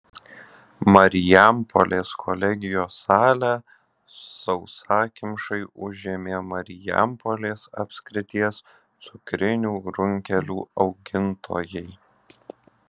marijampolės kolegijos salę sausakimšai užėmė marijampolės apskrities cukrinių runkelių augintojai